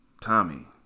Tommy